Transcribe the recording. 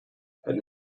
hätten